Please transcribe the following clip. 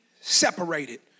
separated